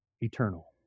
Eternal